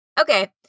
Okay